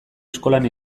eskolan